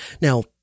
Now